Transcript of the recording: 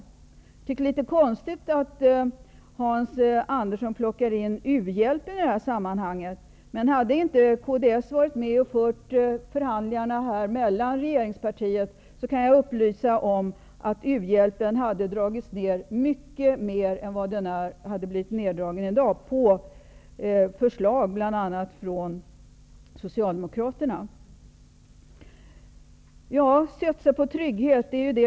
Jag tycker att det är litet konstigt att Hans Andersson plockar in u-hjälpen i det här sammanhanget. Om Kds inte hade varit med och fört förhandlingarna, kan jag upplysa om att uhjälpen hade dragits ner mycket mer än vad som skett i dag på förslag av bl.a. Socialdemokraterna. Vi vill ju satsa på trygghet.